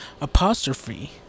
apostrophe